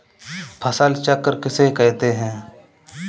फसल चक्र किसे कहते हैं?